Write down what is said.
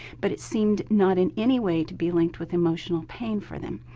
but it seemed not in any way to be linked with emotional pain for them.